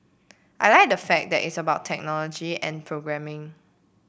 I like the fact that it's about technology and programming